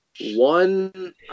one